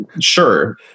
sure